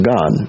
God